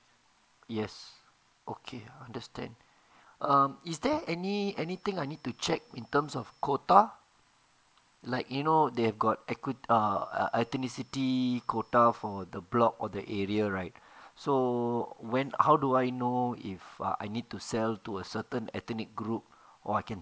yes okay I understand um is there any anything I need to check in terms of quota like you know they have got err ethnicity quota for the block or the area right so when how do I know if I need to sell to a certain ethnic group or I can